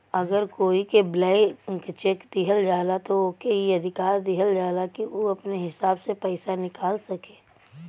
अगर कोई के ब्लैंक चेक दिहल जाला त ओके ई अधिकार दिहल जाला कि उ अपने हिसाब से पइसा निकाल सके